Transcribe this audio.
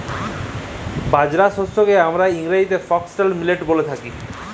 বাজরা শস্যকে হামরা ইংরেজিতে ফক্সটেল মিলেট ব্যলে থাকি